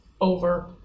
over